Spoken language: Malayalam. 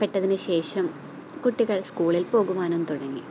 പെ ട്ടതിന് ശേഷം കുട്ടികൾ സ്കൂളിൽ പോകുവാനും തുടങ്ങി